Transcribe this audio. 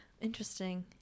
Interesting